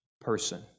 person